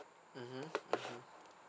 mmhmm